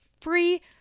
free